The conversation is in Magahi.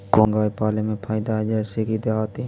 कोन गाय पाले मे फायदा है जरसी कि देहाती?